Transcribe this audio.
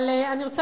אבל אני רוצה,